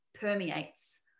permeates